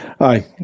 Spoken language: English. aye